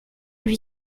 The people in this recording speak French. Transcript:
lui